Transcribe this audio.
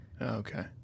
Okay